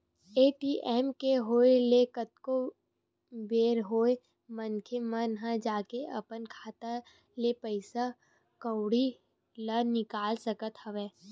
ATM के होय ले कतको बेर होय मनखे मन ह जाके अपन खाता ले पइसा कउड़ी ल निकाल सकत हवय